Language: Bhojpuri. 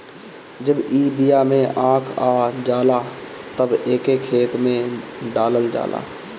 जब ई बिया में आँख आ जाला तब एके खेते में डालल जाला